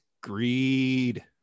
greed